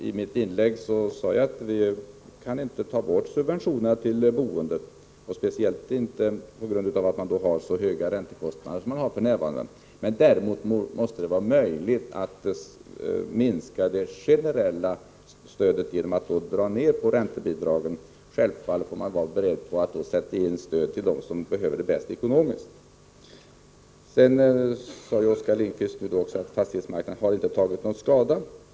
I mitt inlägg framhöll jag att vi inte kan ta bort subventionerna till boendet, speciellt inte med tanke på att räntekostnaderna är så höga som f.n., men att det däremot måste vara möjligt att minska det generella stödet genom att dra ner på räntebidragen. Självfallet får man då vara beredd att sätta in stöd till dem som behöver det bäst ekonomiskt sett. Sedan sade Oskar Lindkvist att fastighetsmarknaden inte har tagit någon skada av skattedebatten.